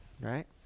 right